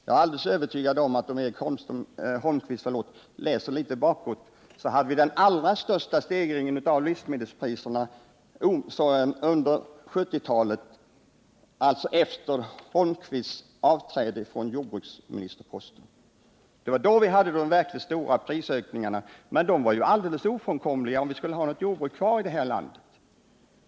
Jag är alldeles övertygad om att ifall Eric Holrnaqvist ”läser litet bakåt i tiden”, finner han att vi hade den allra största stegringen av livsmedelspriserna under början av 1970-talet, alltså efter hans avgång från jordbruksministerposten. Det var då som vi fick de verkligt stora prisökningarna, men de var alldeles ofrånkomliga för att vi skulle kunna ha något jordbruk kvar i det här landet.